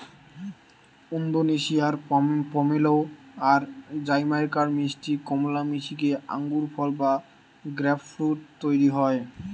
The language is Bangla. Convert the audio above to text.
ওন্দোনেশিয়ার পমেলো আর জামাইকার মিষ্টি কমলা মিশিকি আঙ্গুরফল বা গ্রেপফ্রূট তইরি হয়